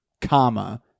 comma